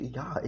ja